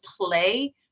play